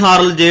ബീഹാറിൽ ജെ